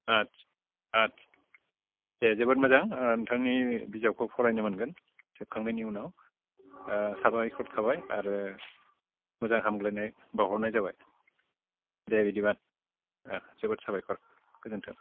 आदचा आदचा दे जोबोद मोजां ओ नोंथांनि बिजाबखौ फरायनो मोनगोन सेबखांनायनि उनाव साबायखर थाबाय आरो मोजां हामब्लायनाय बावहरनाय जाबाय दे बिदिब्ला ओ जोबोद साबायखर गोजोनथों